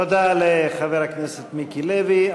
תודה לחבר הכנסת מיקי לוי.